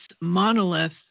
monolith